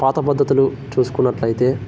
పాతపద్ధతులు చూసుకున్నట్లయితే